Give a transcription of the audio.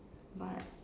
but